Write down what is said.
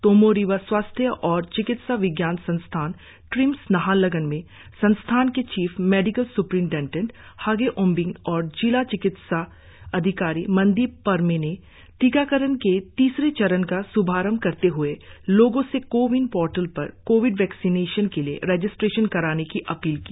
तोमो रिबा स्वास्थ्य और चिकित्सा विज्ञान संस्थान ट्रिम्स नाहरलग्न में संस्थान के chief medical superintendent Hage Ambing और जिला चिकित्सा अधिकारी मनदीप परमे ने टीकाकरण के तीसरे चरण का श्भारंभ करते हए लोगों से कोविन पोर्टल पर कोविड वैक्सिनेशन के लिए रजिस्ट्रेशन कराने की अपील की